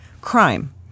crime